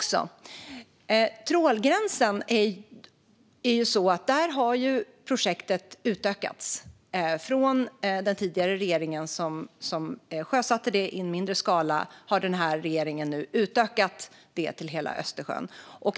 När det gäller trålgränsen har projektet utökats. Från att den tidigare regeringen sjösatte det i mindre skala har den här regeringen nu utökat det till hela Östersjön.